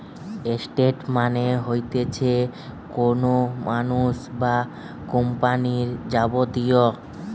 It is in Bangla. এসেট মানে হতিছে কোনো মানুষ বা কোম্পানির যাবতীয়